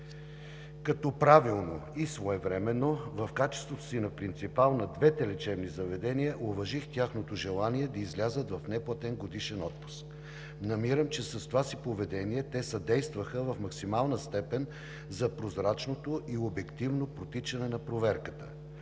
като правилно и своевременно, в качеството си на принципал на двете лечебни заведения уважих тяхното желание да излязат в неплатен годишен отпуск. Намирам, че с това си поведение те съдействаха в максимална степен за прозрачното и обективно протичане на проверката.